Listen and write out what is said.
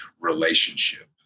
relationship